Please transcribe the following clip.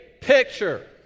picture